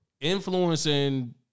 Influencing